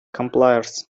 compilers